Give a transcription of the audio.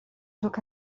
took